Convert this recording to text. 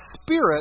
spirit